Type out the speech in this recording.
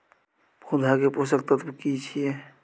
पौधा के पोषक तत्व की छिये?